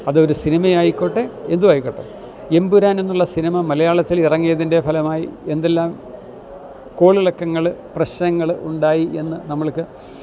അതൊരു സിനിമയായിക്കോട്ടെ എന്തുമായിക്കോട്ടെ എമ്പുരാൻ എന്നുള്ള സിനിമ മലയാളത്തിൽ ഇറങ്ങിയതിൻ്റെ ഫലമായി എന്തെല്ലാം കോളിളക്കങ്ങള് പ്രശ്നങ്ങളുണ്ടായിയെന്ന് നമുക്ക്